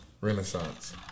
Renaissance